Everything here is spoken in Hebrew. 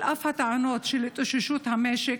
על אף הטענות על התאוששות המשק,